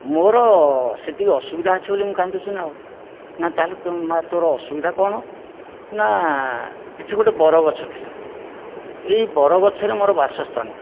ମୋର ସେତିକି ଅସୁବିଧା ଅଛି ବୋଲି ମୁଁ କାନ୍ଦୁଛି ନା ଆଉ ନା ତା'ହେଲେ ତୋ ମା' ତୋର ଅସୁବିଧା କ'ଣ ନା ଏଠି ଗୋଟିଏ ବରଗଛ ଥିଲା ଏହି ବରଗଛରେ ମୋର ବାସସ୍ଥାନ